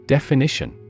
Definition